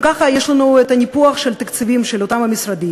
אם ככה, יש לנו ניפוח של התקציבים של אותם משרדים,